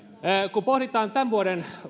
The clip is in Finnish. kun pohditaan tämän vuoden